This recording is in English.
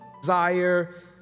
desire